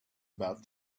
about